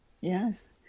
Yes